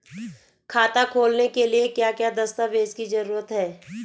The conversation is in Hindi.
खाता खोलने के लिए क्या क्या दस्तावेज़ की जरूरत है?